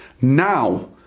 Now